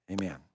Amen